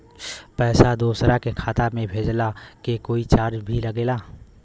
पैसा दोसरा के खाता मे भेजला के कोई चार्ज भी लागेला?